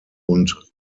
und